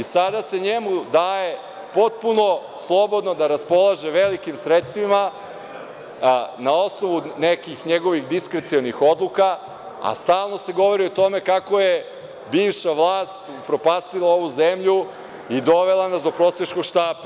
Sada se njemu daje potpuno slobodno da raspolaže velikim sredstvima, na osnovu nekih njegovih diskrecionih odluka, a stalno se govori o tome kako je bivša vlast uporopastila ovu zemlju i dovela nas do prosjačkog štapa.